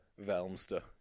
Velmster